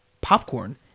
popcorn